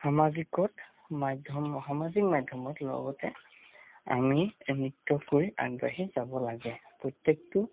সামাজিকত মাধ্য়ম সামাজিক মাধ্যম লগতে আমি নৃত্য কৰি আগবাঢ়ি যাব লাগে প্ৰত্যেকটো